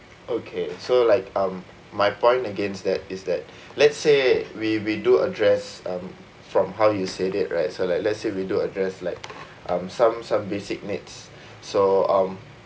okay so like um my point against that is that let's say we we do address um from how you said it right so like let's say we do address like um some some basic needs so um